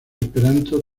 esperanto